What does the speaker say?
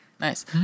Nice